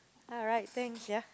ah right thanks ya